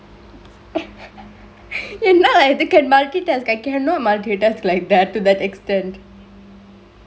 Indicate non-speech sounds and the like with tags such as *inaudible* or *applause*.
*laughs* and not like they can multitask I cannot multitask like that to that extent